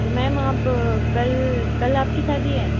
तो मैम आप कल कल आपकी शादी है